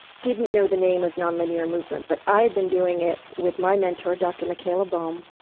didn't know the name of non-linear movement but i've been doing it with my mentor, dr. michaela boehm,